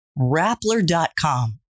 Rappler.com